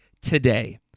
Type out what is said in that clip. today